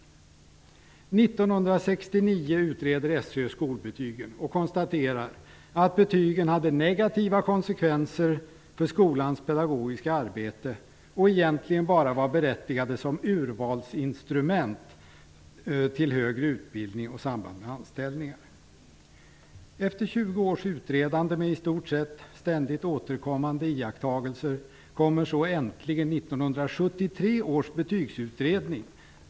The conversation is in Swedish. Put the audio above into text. År 1969 utredde SÖ skolbetygen. Man konstaterade att betygen hade negativa konsekvenser för skolans pedagogiska arbete och egentligen bara var berättigade som instrument för urval till högre utbildningar och i samband med anställningar. Efter 20 års utredande med i stort sett ständigt återkommande iakttagelser kommer äntligen 1973 års betygsutredning.